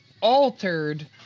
altered